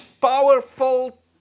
powerful